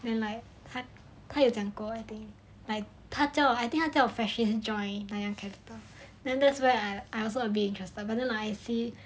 原来他他有讲过 I think like 他叫 freshie join nanyang capital then that's where I I also a bit interested but then I see